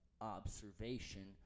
observation